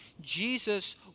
Jesus